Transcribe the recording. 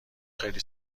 خیلی